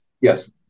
Yes